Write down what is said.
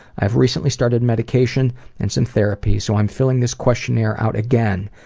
i've recently started medication and some therapy so i am filling this questionnaire out again.